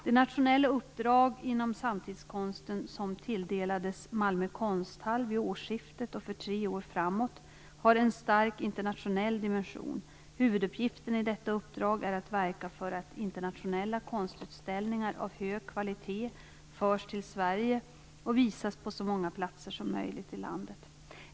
Det nationella uppdrag inom samtidskonsten som tilldelades Malmö konsthall vid årsskiftet för tre år framåt har en stark internationell dimension. Huvuduppgiften i detta uppdrag är att verka för att internationella konstutställningar av hög kvalitet förs till Sverige och visas på så många platser som möjligt i landet.